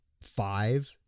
five